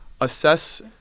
assess